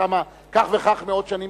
שמה כך וכך מאות שנים,